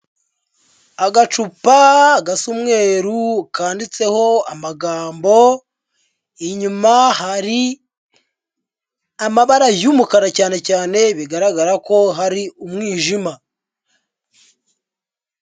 Agacupa gasa umweru kanditseho amagambo, inyuma hari amabara y'umukara cyane cyane bigaragara ko hari umwijima.